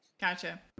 Gotcha